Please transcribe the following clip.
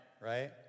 right